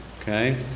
Okay